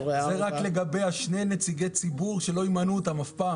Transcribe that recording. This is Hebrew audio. הורה 4. זה רק לגבי שני נציגי ציבור שאף פעם לא ימנו אותם.